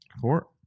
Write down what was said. Four